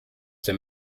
dem